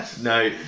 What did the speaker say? No